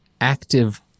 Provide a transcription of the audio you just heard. active